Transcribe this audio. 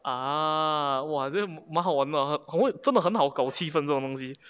ah !wah! then 蛮好玩吗很会真的很好搞气氛这种东西